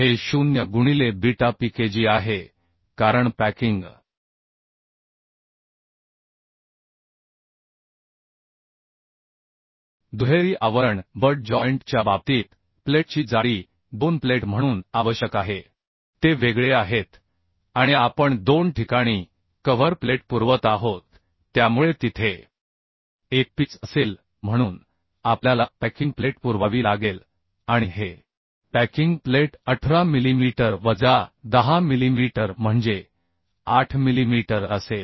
हे 0 गुणिले beta Pkg आहे कारण पॅकिंग दुहेरी आवरण बट जॉइंट च्या बाबतीत प्लेटची जाडी दोन प्लेट म्हणून आवश्यक आहे ते वेगळे आहेत आणि आपण दोन ठिकाणी कव्हर प्लेट पुरवत आहोत त्यामुळे तिथे एक पिच असेल म्हणून आपल्याला पॅकिंग प्लेट पुरवावी लागेल आणि हे पॅकिंग प्लेट 18 मिलीमीटर वजा 10 मिलीमीटर म्हणजे 8 मिलीमीटर असेल